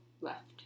left